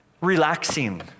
relaxing